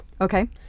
Okay